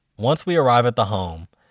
once we arrive at the home,